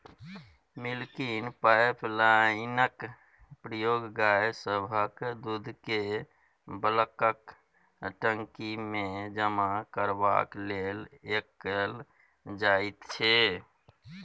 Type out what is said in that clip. milking पाइपलाइनक प्रयोग गाय सभक दूधकेँ बल्कक टंकीमे जमा करबाक लेल कएल जाइत छै